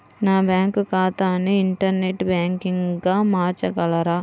నా బ్యాంక్ ఖాతాని ఇంటర్నెట్ బ్యాంకింగ్గా మార్చగలరా?